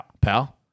pal